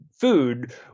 food